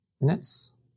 minutes